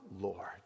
Lord